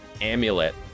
amulet